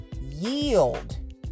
yield